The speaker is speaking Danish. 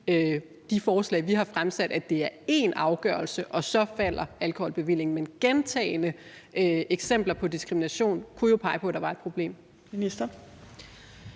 de forslag, vi har fremsat, at det er én afgørelse og så falder alkoholbevillingen, men gentagne eksempler på diskrimination kunne jo pege på, at der var et problem.